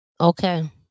okay